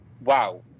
wow